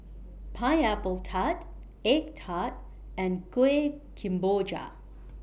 Pineapple Tart Egg Tart and Kueh Kemboja